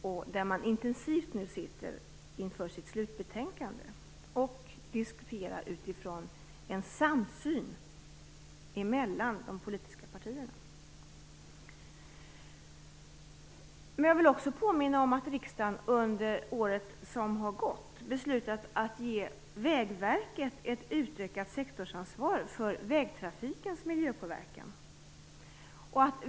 I kommittén arbetar man nu intensivt inför slutbetänkandet och diskuterar utifrån en samsyn mellan de politiska partierna. Jag vill också påminna om att riksdagen under året som har gått har beslutat om att ge Vägverket ett utökat sektorsansvar för vägtrafikens miljöpåverkan.